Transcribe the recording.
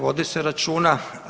Vodi se računa.